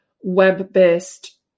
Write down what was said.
web-based